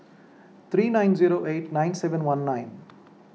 three nine zero eight nine seven one nine